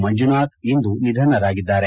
ಮಂಜುನಾಥ್ ಇಂದು ನಿಧನರಾಗಿದ್ದಾರೆ